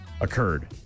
occurred